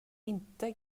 inte